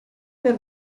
per